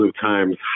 times